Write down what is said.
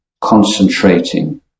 concentrating